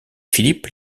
philippe